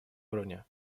уровня